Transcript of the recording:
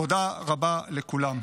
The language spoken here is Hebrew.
תודה רבה לכולם.